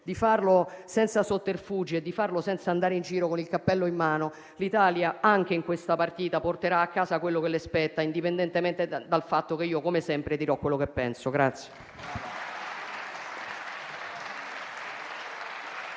di farlo senza sotterfugi e senza andare in giro con il cappello in mano, l'Italia, anche in questa partita, porterà a casa quello che le spetta, indipendentemente dal fatto che io, come sempre, dirò quello che penso.